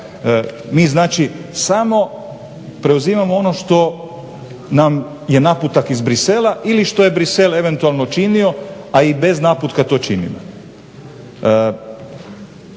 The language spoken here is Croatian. mi znači samo preuzimamo samo ono što nam je naputak iz Bruxellesa ili što je Bruxelles eventualno činio a i bez naputka to činimo.